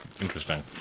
interesting